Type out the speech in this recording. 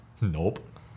Nope